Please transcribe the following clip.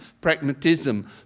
pragmatism